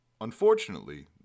Unfortunately